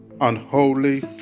unholy